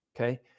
Okay